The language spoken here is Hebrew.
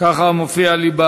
ככה מופיע לי.